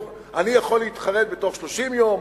אני יכול להתחרט בתוך 30 יום,